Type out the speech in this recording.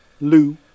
Lou